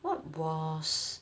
what was